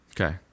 okay